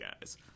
guys